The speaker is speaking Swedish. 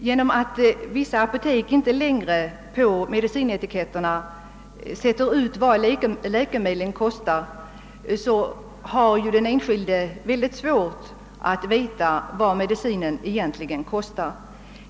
Genom att vissa apotek inte längre på medicin etiketterna sätter ut vad läkemedlen kostar har den enskilde synnerligen svårt att få reda på vad medicinen egentligen betingar för pris innan rabatten avdragits.